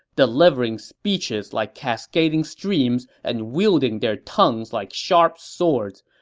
delivering speeches like cascading streams and wielding their tongues like sharp swords,